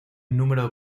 número